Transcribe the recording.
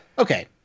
Okay